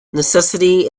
necessity